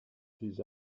his